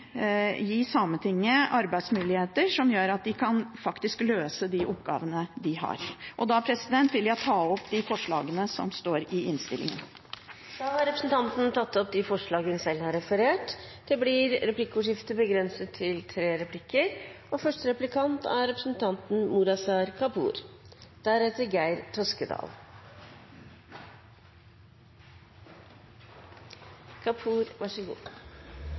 gi Sametinget arbeidsmuligheter som gjør at de faktisk kan løse oppgavene de har. Jeg vil ta opp forslagene fra SV som står i innstillingen. Representanten Karin Andersen har tatt opp de forslagene hun refererte til. Det blir replikkordskifte. Representanten Andersens innlegg og replikker tidligere i dag har vært fullstendig dominert av hennes bekymring rundt integrering og